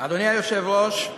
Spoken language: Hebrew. אדוני היושב-ראש,